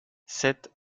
sept